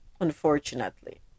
unfortunately